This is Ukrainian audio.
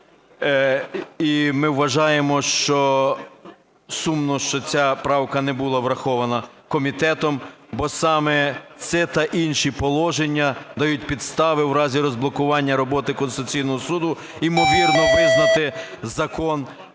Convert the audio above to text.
І ми вважаємо, що сумно, що ця правка не була врахована комітетом, бо саме це та інші положення дають підстави в разі розблокування роботи Конституційного Суду ймовірно визнати закон таким,